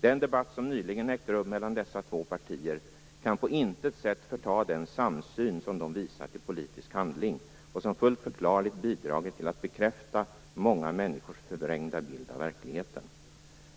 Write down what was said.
Den debatt som nyligen ägde rum mellan dessas två partier kan på intet sätt förta den samsyn som de visat i politisk handling och som fullt förklarligt bidragit till att bekräfta många människors förvrängda bild av verkligheten.